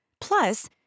Plus